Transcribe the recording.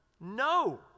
No